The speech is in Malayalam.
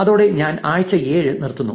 അതോടെ ഞാൻ ആഴ്ച 7 നിർത്തുന്നു